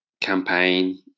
campaign